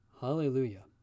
Hallelujah